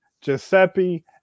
Giuseppe